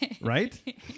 right